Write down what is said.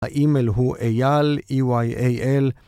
‫האימייל הוא אייל, E-Y-A-L.